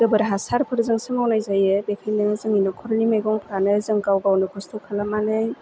गोबोर हासार फोरजोंसो मावनाय जायो बेखायनो जोंनि नखरनि मैगंफ्रानो जों गाव गावनो खस्थ' खालामनानै